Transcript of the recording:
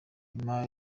nyuma